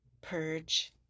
purge